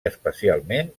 especialment